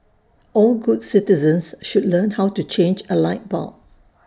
all good citizens should learn how to change A light bulb